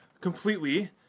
completely